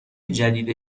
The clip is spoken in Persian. جدید